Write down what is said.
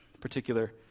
particular